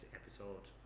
episode